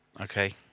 Okay